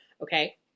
Okay